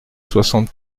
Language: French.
soixante